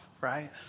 right